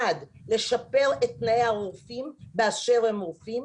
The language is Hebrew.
אחד, לשפר את תנאי הרופאים באשר הם רופאים.